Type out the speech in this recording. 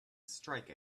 strike